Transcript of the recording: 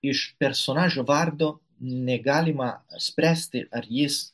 iš personažo vardo negalima spręsti ar jis